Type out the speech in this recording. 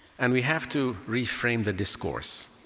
and we have to reframe the discourse.